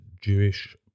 Jewish